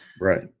Right